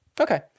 Okay